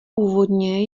původně